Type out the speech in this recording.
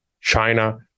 China